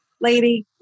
lady